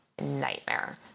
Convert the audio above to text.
nightmare